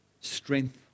strength